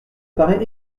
paraît